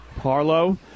Harlow